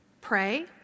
Pray